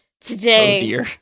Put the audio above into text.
Today